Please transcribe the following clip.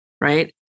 Right